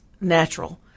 natural